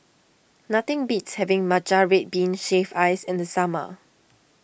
nothing beats having Matcha Red Bean Shaved Ice in the summer